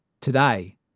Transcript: today